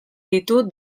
ditu